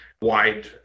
wide